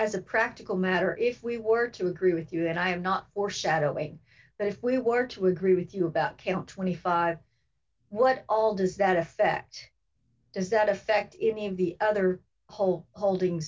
as a practical matter if we were to agree with you then i am not for shadowing if we were to agree with you about count twenty five what all does that affect does that affect it in the other home holding